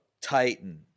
Titan